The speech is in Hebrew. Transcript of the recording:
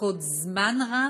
לחכות זמן רב,